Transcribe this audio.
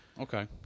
Okay